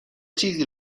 چیزی